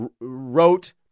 wrote